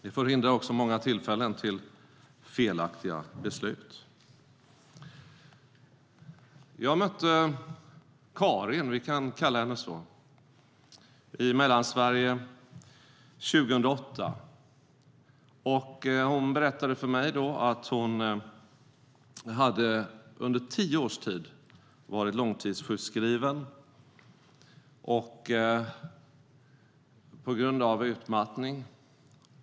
Det förhindrar också många tillfällen till felaktiga beslut. Jag mötte Karin - vi kan kalla henne så - i Mellansverige 2008. Hon berättade att hon hade varit långtidssjukskriven i tio år på grund av utmattning.